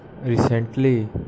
recently